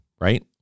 Right